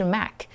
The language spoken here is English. Mac，